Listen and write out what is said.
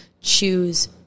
choose